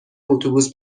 اتوبوس